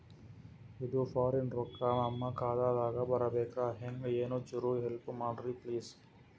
ಇದು ಫಾರಿನ ರೊಕ್ಕ ನಮ್ಮ ಖಾತಾ ದಾಗ ಬರಬೆಕ್ರ, ಹೆಂಗ ಏನು ಚುರು ಹೆಲ್ಪ ಮಾಡ್ರಿ ಪ್ಲಿಸ?